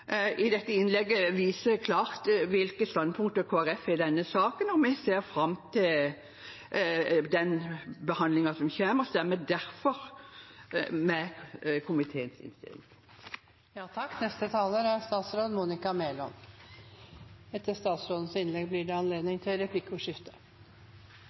I dette innlegget viser jeg klart hvilke standpunkter Kristelig Folkeparti har i denne saken, og vi ser fram til den behandlingen som kommer, og vil derfor stemme i tråd med komiteens innstilling.